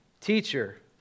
Teacher